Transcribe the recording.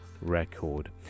record